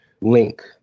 link